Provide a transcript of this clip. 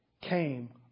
came